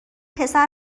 پسر